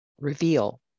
reveal